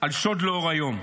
על שוד לאור היום.